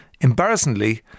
Embarrassingly